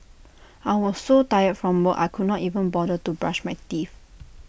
I was so tired from work I could not even bother to brush my teeth